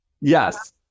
Yes